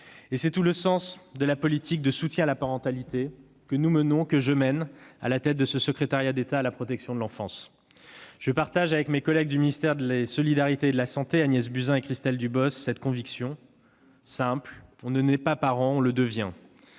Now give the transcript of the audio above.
C'est le sens de la politique de « soutien à la parentalité » que je mène à la tête du secrétariat d'État à la protection de l'enfance. Je partage, avec mes collègues du ministère des solidarités et de la santé, Agnès Buzyn et Christelle Dubos, cette conviction simple : on ne naît pas parent, on le devient.